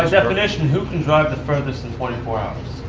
um definition, who can drive the furthest in twenty four hours.